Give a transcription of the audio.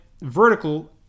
vertical